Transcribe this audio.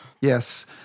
Yes